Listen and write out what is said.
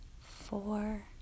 four